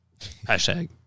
Hashtag